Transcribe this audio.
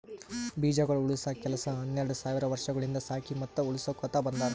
ಬೀಜಗೊಳ್ ಉಳುಸ ಕೆಲಸ ಹನೆರಡ್ ಸಾವಿರ್ ವರ್ಷಗೊಳಿಂದ್ ಸಾಕಿ ಮತ್ತ ಉಳುಸಕೊತ್ ಬಂದಾರ್